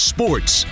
Sports